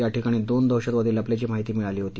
याठिकाणी दोन दहशतवादी लपल्याची माहिती मिळाली होती